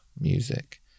Music